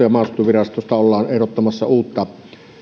ja maaseutuvirastosta ollaan ehdottamassa uutta